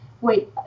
wait